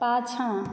पाछाँ